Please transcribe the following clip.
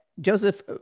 Joseph